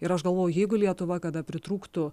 ir aš galvoju jeigu lietuva kada pritrūktų